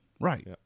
Right